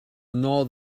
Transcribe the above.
nor